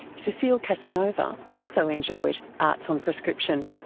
cecile casanova also enjoyed arts on prescription.